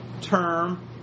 term